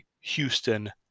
Houston